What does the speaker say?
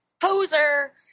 poser